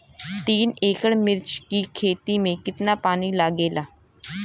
तीन एकड़ मिर्च की खेती में कितना पानी लागेला?